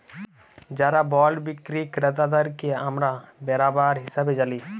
যারা বল্ড বিক্কিরি কেরতাদেরকে আমরা বেরাবার হিসাবে জালি